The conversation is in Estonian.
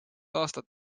aastat